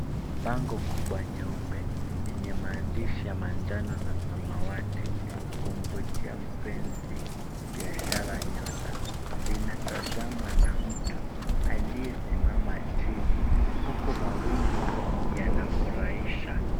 Bango kubwa nyeupe, yenye maandishi meupe na samawati, kumpatia mpenzi biashara nyota, linatazamiwa na mtu aliyetazama chini, huku mawingu ya afurahisha.